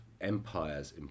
empires